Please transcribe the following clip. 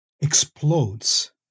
explodes